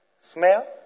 smell